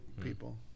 people